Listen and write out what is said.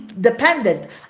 dependent